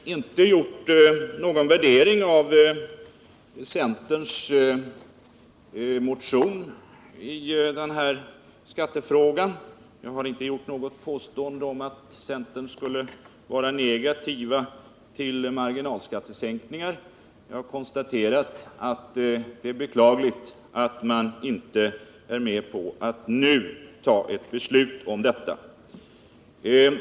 Herr talman! Jag har inte gjort någon värdering av centerns motion i den här skattefrågan. Jag har inte gjort något påstående om att centern skulle vara negativ till marginalskattesänkningar. Jag har konstaterat att det är mycket beklagligt att centern inte är med på att nu fatta ett beslut om detta.